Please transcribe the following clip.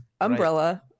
umbrella